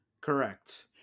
Correct